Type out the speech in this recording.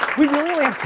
we really